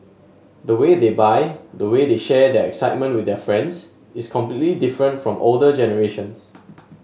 the way they buy the way they share their excitement with their friends is completely different from older generations